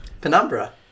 Penumbra